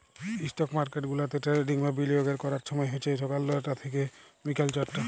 stock market গুলাতে trading বা বিলিয়গের ক্যরার ছময় হছে ছকাল লটা থ্যাইকে বিকাল চারটা